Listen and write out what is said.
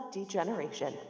Degeneration